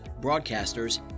broadcasters